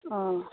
অঁ